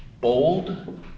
bold